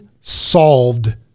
solved